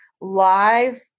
live